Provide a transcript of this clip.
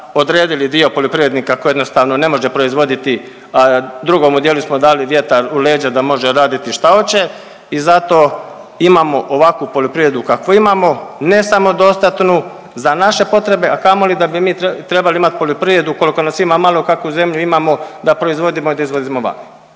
odredili dio poljoprivrednika koji jednostavno ne može proizvoditi, drugom modelu smo dali vjetar u leđa da može raditi šta oće i zato imamo ovakvu poljoprivredu kakvu imamo ne samodostatnu za naše potrebe, a kamoli da bi mi trebali imati poljoprivredu koliko nas imamo kakvu zemlju imamo da proizvodimo i da izvozimo van.